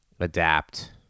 adapt